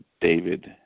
David